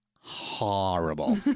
horrible